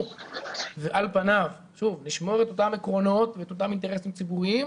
ועל פניו לשמור את אותם עקרונות ואת אותם אינטרסים ציבוריים,